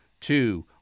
two